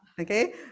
okay